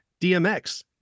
DMX